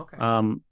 Okay